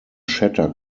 shatter